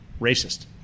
racist